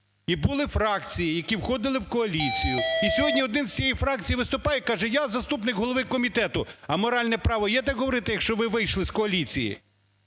і були фракції, які входили в коаліцію, і сьогодні один з цієї фракції виступає і каже. "Я заступник голови комітету". А моральне право є так говорити, якщо ви вийшли з коаліції?